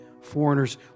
Foreigners